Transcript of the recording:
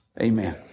Amen